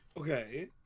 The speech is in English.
Okay